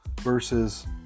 Versus